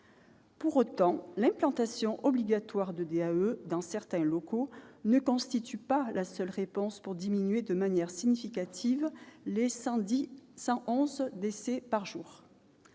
Pour autant, l'implantation obligatoire de DAE dans certains locaux ne constitue pas la seule réponse pour diminuer de manière significative les 111 décès par jour.